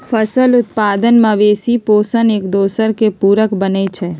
फसल उत्पादन, मवेशि पोशण, एकदोसर के पुरक बनै छइ